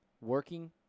working